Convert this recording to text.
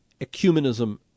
Ecumenism